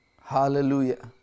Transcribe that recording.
Hallelujah